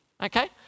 Okay